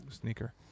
sneaker